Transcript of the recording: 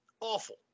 awful